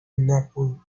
napoule